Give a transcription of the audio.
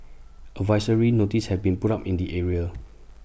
advisory notices have been put up in the area